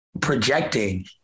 projecting